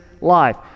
life